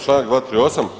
Članak 238.